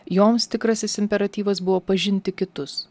joms tikrasis imperatyvas buvo pažinti kitus